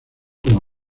como